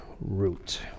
route